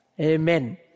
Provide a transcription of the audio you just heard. Amen